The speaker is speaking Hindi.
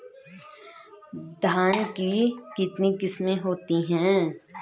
धान की कितनी किस्में होती हैं?